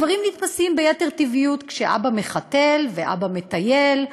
הדברים נתפסים ביתר טבעיות כשאבא מחתל ואבא מטייל,